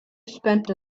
spent